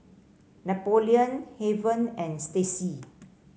Napoleon Heaven and Stacy